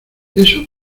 eso